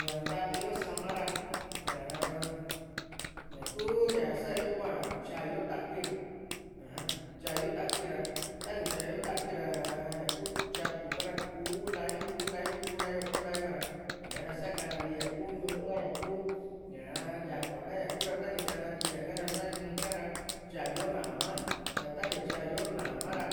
ña nntateyo sama ra aa-n ñaa ku ña sa´yo kua tyayo takui aja tyayo takuira tani tyayo takuira ñaa ñaku tyatu ka ra kuu nta´a yo kuu nta´a yo kunta´yo a ra ñaa´ra sakana ntii ña ku ñuu ka ñaku yakua´a ra tani kannatiña ka ra sa ikaa ra tyayo nama ta ta ni tyayo nama ra